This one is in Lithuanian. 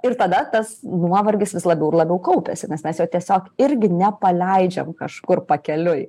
ir tada tas nuovargis vis labiau ir labiau kaupiasi nes mes jo tiesiog irgi nepaleidžiam kažkur pakeliui